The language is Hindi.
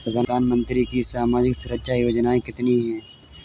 प्रधानमंत्री की सामाजिक सुरक्षा योजनाएँ कितनी हैं?